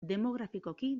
demografikoki